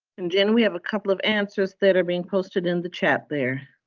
and jen, we have a couple of answers that are being posted in the chat there.